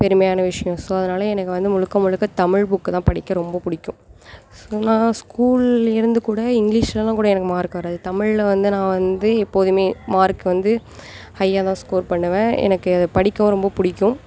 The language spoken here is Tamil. பெருமையான விஷயம் ஸோ அதனால எனக்கு வந்து முழுக்க முழுக்க தமிழ் புக்கு தான் படிக்க ரொம்ப பிடிக்கும் ஸோ நான் ஸ்கூலேருந்து கூட இங்கிலீஷ்லலாம் கூட எனக்கு மார்க் வராது தமிழ்ல வந்து நான் வந்து எப்போதுமே மார்க் வந்து ஹையாக தான் ஸ்கோர் பண்ணுவேன் எனக்கு அது படிக்கவும் ரொம்ப பிடிக்கும்